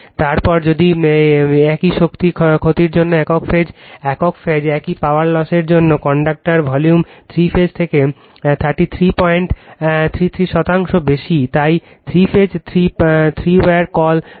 তারপর যদি একই শক্তি ক্ষতির জন্য একক ফেজ একই পাওয়ার লসের জন্য কন্ডাকটরের ভলিউম থ্রি ফেজ থেকে 333 শতাংশ বেশি তাই থ্রি ফেজ থ্রি ওয়্যার কল সুবিধাজনক